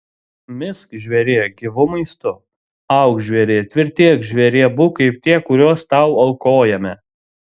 misk žvėrie gyvu maistu auk žvėrie tvirtėk žvėrie būk kaip tie kuriuos tau aukojame